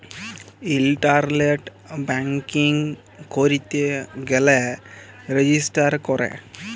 ইলটারলেট banking ক্যইরতে গ্যালে register ক্যরে